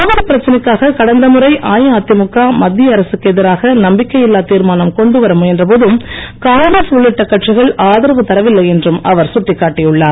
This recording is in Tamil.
காவிரி பிரச்சனைக்காக கடந்த முறை அஇஅதிமுக மத்திய அரசுக்கு எதிராக நம்பிக்கை இல்லா திர்மானம் கொண்டு வர முயன்ற போது காங்கிரஸ் டள்ளிட்ட கட்சிகள் ஷ்தரவு தரவில்லை என்றும் அவர் சுட்டிக்காட்டியுள்ளார்